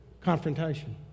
confrontation